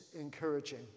encouraging